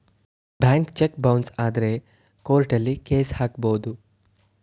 bank cheque bounce ಆದ್ರೆ ಕೋರ್ಟಲ್ಲಿ case ಹಾಕಬಹುದು